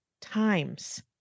times